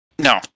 No